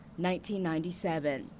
1997